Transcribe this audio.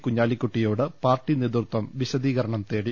കുഞ്ഞാലിക്കു ട്ടിയോട് പാർട്ടി നേതൃത്വം വിശദീകരണം തേടി